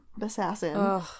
assassin